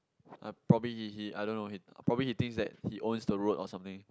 uh probably he he I don't know he probably he thinks that he owns the road or something